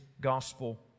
gospel